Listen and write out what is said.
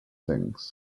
things